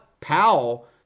Powell